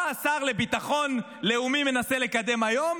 מה השר לביטחון לאומי מנסה לקדם היום?